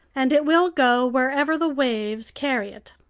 and it will go wherever the waves carry it.